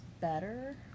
better